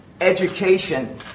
education